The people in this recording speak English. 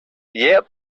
yep